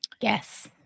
Yes